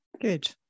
Good